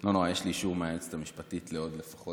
לא נורא, יש לי אישור מהיועצת המשפטית לעוד לפחות